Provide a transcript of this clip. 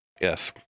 Yes